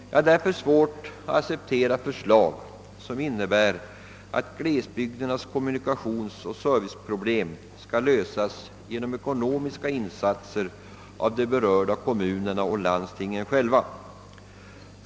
Jag har därför svårt att acceptera förslag som innebär att glesbygdernas kommunikationsoch serviceproblem skall lösas genom ekonomiska insatser av de berörda kommunerna och landstingen själva.